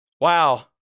Wow